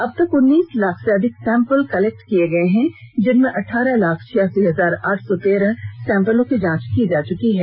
अब तक उन्नीस लाख से अधिक सैंपल कलेक्ट किये गये है जिनमें अठारह लाख छियासी हजार आठ सौ तेरह सैंपल की जांच की जा चुकी है